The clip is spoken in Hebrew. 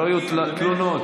שלא תהיינה תלונות.